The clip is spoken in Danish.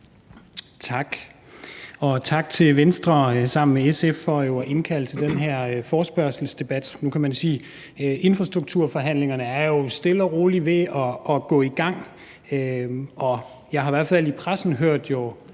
Tak, og tak til Venstre for sammen med SF at indkalde til den her forespørgselsdebat. Nu kan man sige, at infrastrukturforhandlingerne jo stille og roligt er ved at gå i gang. Jeg har i hvert fald i pressen hørt om